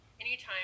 anytime